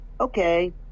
okay